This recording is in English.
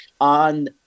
on